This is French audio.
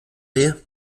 rien